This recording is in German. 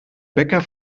bäcker